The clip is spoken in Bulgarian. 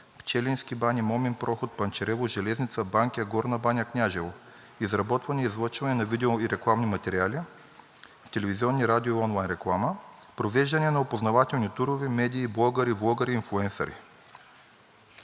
Пчелински бани, Момин проход, Панчарево, Железница, Банкя, Горна баня, Княжево. Изработване и излъчване на видео- и рекламни материали, телевизионни, радио- и онлайн реклама, провеждане на опознавателни турове, медии, блогъри, влогъри и инфлуенсъри.